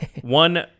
One